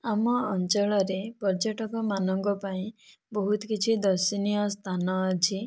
ଆମ ଅଞ୍ଚଳରେ ପର୍ଯ୍ୟଟକ ମାନଙ୍କ ପାଇଁ ବହୁତ କିଛି ଦର୍ଶନୀୟ ସ୍ଥାନ ଅଛି